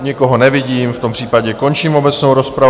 Nikoho nevidím, v tom případě končím obecnou rozpravu.